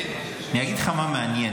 אני אגיד לך מה מעניין.